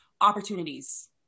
opportunities